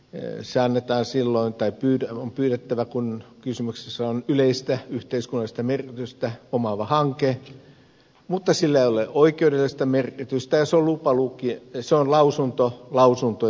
en saa mitään silloin täytyy se on pyydettävä silloin kun kysymyksessä on yleistä yhteiskunnallista merkitystä omaava hanke mutta sillä ei ole oikeudellista merkitystä ja se on lausunto lausuntojen joukossa